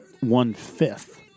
one-fifth